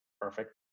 Perfect